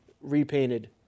repainted